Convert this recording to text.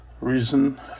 reason